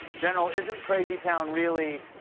general, isn't crazytown really